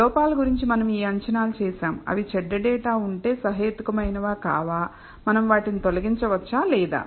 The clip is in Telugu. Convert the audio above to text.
లోపాల గురించి మనం ఈ అంచనాలు చేసాం అవి చెడ్డ డేటా ఉంటే సహేతుకమైనవా కావా మనం వాటిని తొలగించవచ్చా లేదా